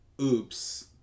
oops